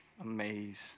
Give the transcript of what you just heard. amaze